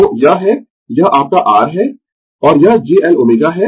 तो यह है यह आपका R है और यह j Lω है